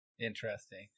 Interesting